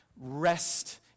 rest